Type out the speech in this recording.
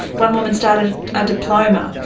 one woman started a diploma.